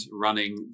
running